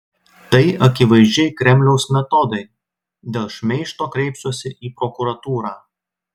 tai akivaizdžiai kremliaus metodai dėl šmeižto kreipsiuosi į prokuratūrą